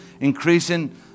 increasing